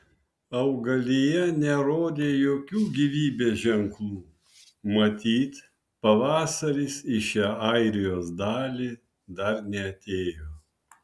augalija nerodė jokių gyvybės ženklų matyt pavasaris į šią airijos dalį dar neatėjo